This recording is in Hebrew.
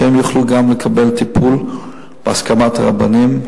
שהן יוכלו גם לקבל טיפול בהסכמת הרבנים,